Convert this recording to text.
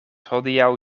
hodiaŭ